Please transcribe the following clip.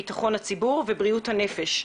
ביטחון הציבור ובריאות הציבור.